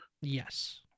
yes